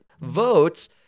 votes